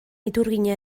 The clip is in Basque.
iturgina